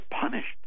punished